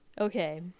Okay